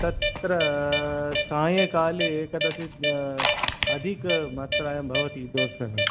तत्र सायंकाले कदाचित् अधिकमात्रायां भवति दोसः